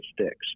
sticks